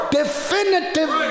definitive